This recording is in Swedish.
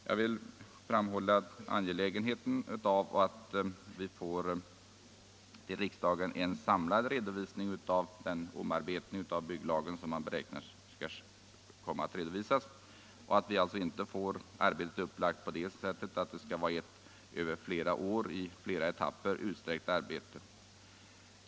Jag vill framhålla angelägenheten av att vi i riksdagen får en samlad redovisning av den omarbetning av bygglagen som beräknas komma att ske och att det inte blir ett över flera år i flera etapper utsträckt arbete.